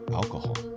alcohol